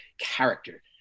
character